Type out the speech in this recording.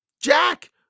Jack